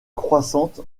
croissante